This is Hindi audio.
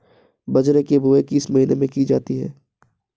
बाजरे की बुवाई किस महीने में की जाती है?